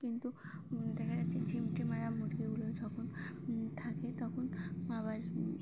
কিন্তু দেখা যাচ্ছে ঝিমটে মারা মুরগিগুলো যখন থাকে তখন আবার